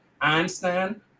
einstein